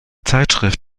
zeitschrift